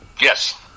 Yes